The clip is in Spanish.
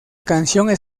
canción